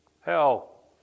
hell